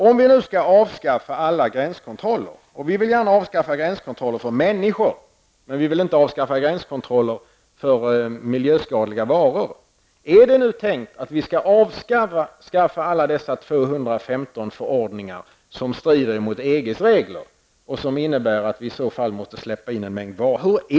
Om vi nu skall avskaffa alla gränskontroller -- vi vill gärna avskaffa gränskontroller för människor, men vi vill inte avskaffa gränskontroller för miljöskadliga varor -- är det då tänkt att vi skall avskaffa alla dessa 215 förordningar, som strider med EGs regler? Det innebär i så fall att vi måste släppa in en mängd varor som vi inte vill ha.